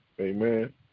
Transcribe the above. Amen